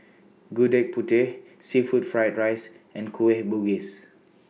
Gudeg Putih Seafood Fried Rice and Kueh Bugis